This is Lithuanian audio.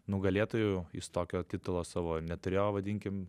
nugalėtoju jis tokio titulo savo neturėjo vadinkim